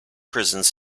prisons